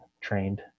trained